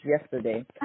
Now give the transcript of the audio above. yesterday